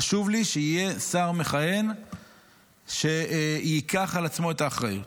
חשוב לי שיהיה שר מכהן שייקח על עצמו את האחריות.